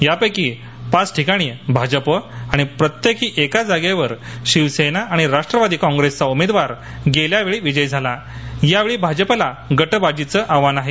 या पैकी पाच ठिकाणी भाजप आणि प्रत्येकी एका जागेवर शिवेसना आणि राष्ट्रवादी कॉंग्रेसचा उमेदवार गेल्यावेळी विजयी झाला यावेळी भाजपला गटबाजीचम आव्हान आहे